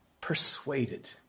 persuaded